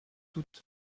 toutes